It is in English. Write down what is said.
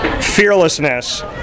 fearlessness